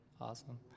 Awesome